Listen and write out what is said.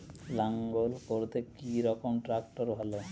লাঙ্গল করতে কি রকম ট্রাকটার ভালো?